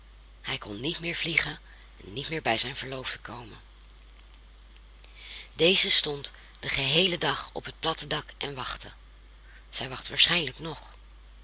hij kon niet meer vliegen niet meer bij zijn verloofde komen deze stond den geheelen dag op het platte dak en wachtte zij wacht waarschijnlijk nog